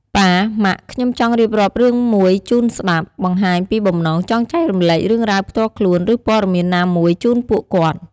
ប៉ា ម៉ាក់ ខ្ញុំចង់រៀបរាប់រឿងមួយជូនស្ដាប់ បង្ហាញពីបំណងចង់ចែករំលែករឿងរ៉ាវផ្ទាល់ខ្លួន ឬព័ត៌មានណាមួយជូនពួកគាត់។